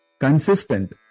consistent